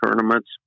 tournaments